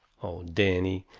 oh, danny,